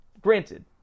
Granted